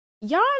y'all